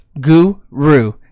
guru